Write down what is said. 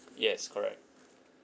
yes correct